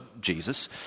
Jesus